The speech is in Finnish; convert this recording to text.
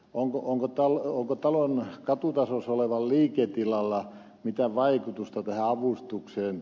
onko talon katutasossa olevalla liiketilalla mitään vaikutusta tähän avustukseen